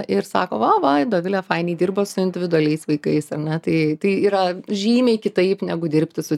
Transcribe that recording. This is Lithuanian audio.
ir sako va va dovilė fainiai dirba su individualiais vaikais ar ne tai tai yra žymiai kitaip negu dirbti su